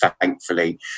thankfully